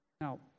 Now